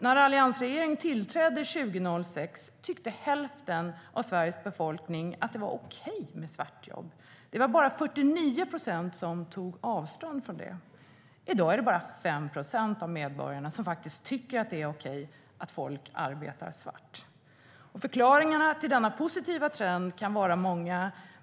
När alliansregeringen tillträdde 2006 tyckte hälften av Sveriges befolkning att det var okej med svartjobb. Det var bara 49 procent som tog avstånd från det. I dag är det bara 5 procent av medborgarna som tycker att det är okej att människor arbetar svart. Förklaringarna till denna positiva trend kan vara många.